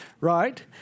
Right